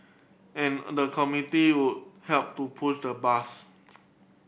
and the would help to push the bus